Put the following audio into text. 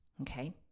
okay